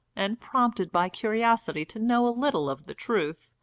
and, prompted by curiosity to know a little of the truth,